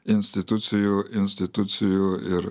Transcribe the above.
institucijų institucijų ir